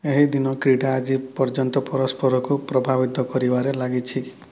ଏହି ଦିନ କ୍ରୀଡ଼ା ଆଜି ପର୍ଯ୍ୟନ୍ତ ପରସ୍ପରକୁ ପ୍ରଭାବିତ କରିବାରେ ଲାଗିଛି